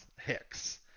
Hicks